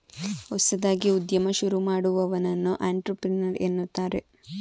ಹೊಸದಾಗಿ ಉದ್ಯಮ ಶುರು ಮಾಡುವವನನ್ನು ಅಂಟ್ರಪ್ರಿನರ್ ಎನ್ನುತ್ತಾರೆ